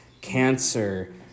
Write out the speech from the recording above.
Cancer